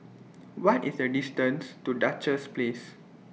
What IS The distance to Duchess Place